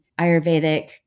Ayurvedic